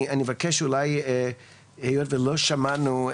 היות ולא שמענו,